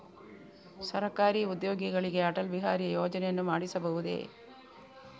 ಸರಕಾರಿ ಉದ್ಯೋಗಿಗಳಿಗೆ ಅಟಲ್ ಬಿಹಾರಿ ಯೋಜನೆಯನ್ನು ಮಾಡಿಸಬಹುದೇ?